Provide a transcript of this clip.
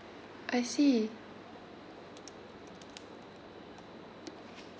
I see